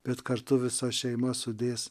bet kartu visa šeima sudės